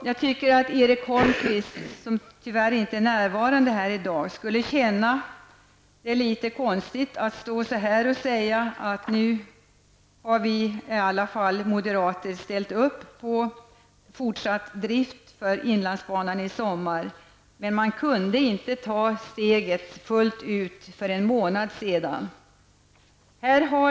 Jag tycker att det för Erik Holmkvist, som tyvärr inte är närvarande här i dag, skulle kännas litet konstigt att stå och säga att moderaterna nu i alla fall har ställt upp på fortsatt drift av inlandsbanan i sommar, när de inte kunde ta steget fullt ut för en månad sedan.